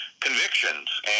convictions